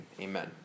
amen